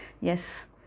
Yes